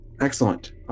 excellent